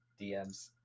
DMs